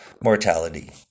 mortality